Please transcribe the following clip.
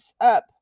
up